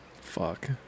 Fuck